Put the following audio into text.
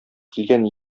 килгән